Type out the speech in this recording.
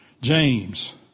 James